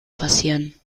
passieren